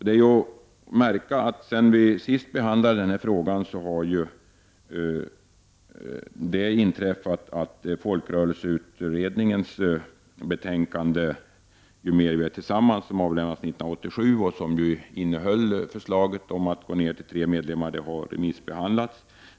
Det är värt att notera att sedan vi senast behandlade denna fråga har det inträffat att folkrörelseutredningens betänkande ”Ju mer vi är tillsammans”, som avlämnades 1987 och som innehöll förslag om att sänka minsta antal medlemmar till tre, har remissbehandlats.